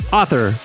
author